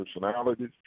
personalities